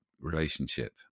relationship